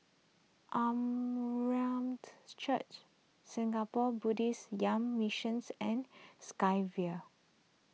Church Singapore Buddhist Young Missions and Sky Vue